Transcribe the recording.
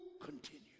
continue